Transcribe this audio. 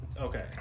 Okay